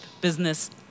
business